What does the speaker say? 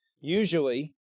Usually